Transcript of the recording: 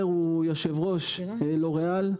יושב ראש לוריאל,